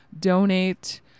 Donate